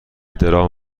درام